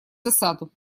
засаду